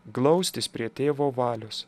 glaustis prie tėvo valios